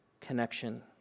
connection